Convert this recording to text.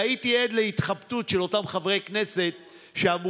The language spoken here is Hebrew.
והייתי עד להתחבטות של אותם חברי כנסת שאמרו,